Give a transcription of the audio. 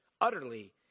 utterly